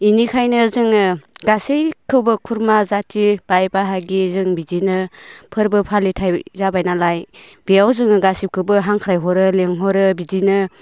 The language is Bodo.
बेनिखायनो जोङो गासैखौबो खुरमा जाथि बाय बाहागि जों बिदिनो फोरबो फालिथाय जाबायनालाय बेयाव जोङो गासैखौबो हांख्रायहरो लिंहरो बिदिनो